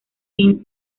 fin